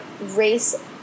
race